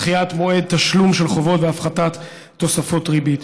דחיית מועד תשלום של חובות והפחתת תוספות ריבית.